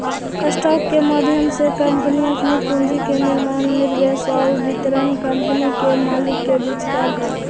stock के माध्यम से कंपनी अपन पूंजी के निर्माण निवेश आउ वितरण कंपनी के मालिक के बीच करऽ हइ